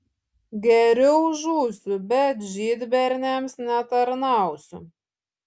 geriau žūsiu bet žydberniams netarnausiu